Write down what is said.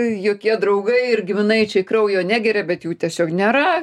jokie draugai ir giminaičiai kraujo negeria bet jų tiesiog nėra